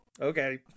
Okay